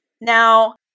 Now